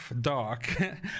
Dark